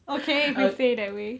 okay if you say it that way